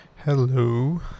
Hello